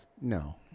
No